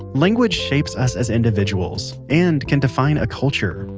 language shapes us as individuals and can define a culture.